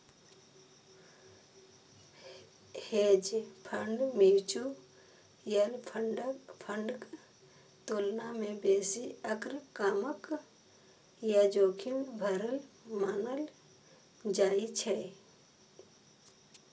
hedge fund mutual फंडक तुलना मे बेसी आक्रामक आ जोखिम भरल मानल जाइ छै